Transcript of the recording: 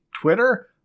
Twitter